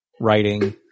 writing